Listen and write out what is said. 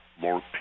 more